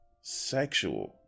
sexual